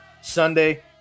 sunday